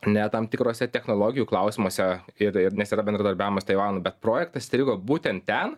ne tam tikruose technologijų klausimuose ir ir nes yra bendradarbiavimas taivanu bet projektas strigo būtent ten